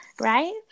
Right